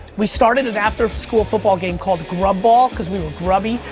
we started an after school football game called grub ball cause we were grubby.